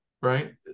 right